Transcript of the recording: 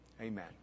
Amen